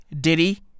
Diddy